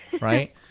Right